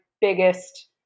biggest